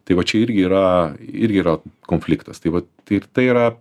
tai va čia irgi yra irgi yra konfliktas tai vat tai ir tai yra